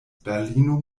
berlino